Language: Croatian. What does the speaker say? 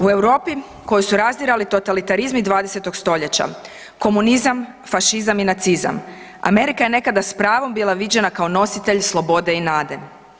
U Europi koju su razdirali totalitarizmi 20. st., komunizam, fašizam i nacizam, Amerika je nekada s pravom bila viđena kao nositelj slobode i nade.